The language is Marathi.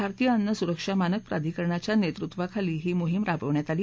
भारतीय अन्न सुरक्षा मानक प्रधिकरणाच्या नेतृत्वाखाली ही मोहीम राबवण्यात आली